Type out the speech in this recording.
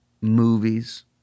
movies